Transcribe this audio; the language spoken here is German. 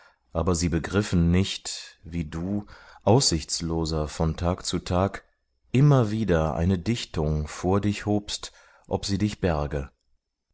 aber sie begriffen nicht wie du aussichtsloser von tag zu tag immer wieder eine dichtung vor dich hobst ob sie dich berge